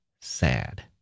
sad